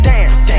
Dance